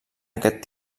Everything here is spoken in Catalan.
aquest